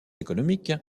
économique